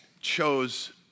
chose